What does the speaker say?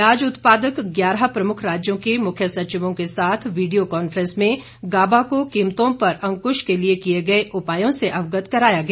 प्याज उत्पादक ग्यारह प्रमुख राज्यों के मुख्य सचिवों के साथ वीडियो कॉन्फ्रेंस में गाबा को कीमतों पर अंकृश के लिए किए गए उपायों से अवगत कराया गया